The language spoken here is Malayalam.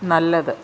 നല്ലത്